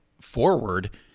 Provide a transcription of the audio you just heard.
forward